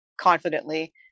confidently